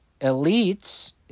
elites